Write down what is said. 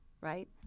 right